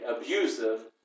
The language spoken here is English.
abusive